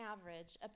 average